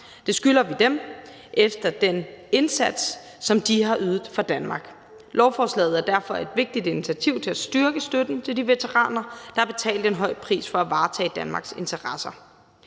Det skylder vi dem efter den indsats, som de har ydet for Danmark. Lovforslaget er derfor et vigtigt initiativ til at styrke støtten til de veteraner, der har betalt en høj pris for at varetage Danmarks interesser.